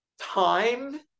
time